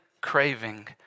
craving